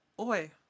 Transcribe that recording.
Oi